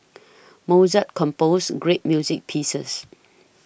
Mozart composed great music pieces